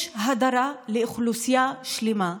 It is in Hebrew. יש הדרה לאוכלוסייה שלמה.